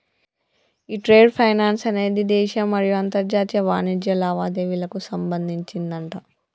ఈ trade finance అనేది దేశీయ మరియు అంతర్జాతీయ వాణిజ్య లావాదేవీలకు సంబంధించిందట